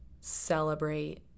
celebrate